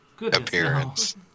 appearance